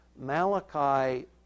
Malachi